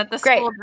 Great